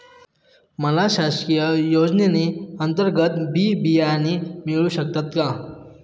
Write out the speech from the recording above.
मला शासकीय योजने अंतर्गत बी बियाणे मिळू शकतात का?